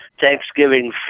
Thanksgiving